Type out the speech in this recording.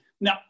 Now